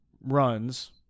runs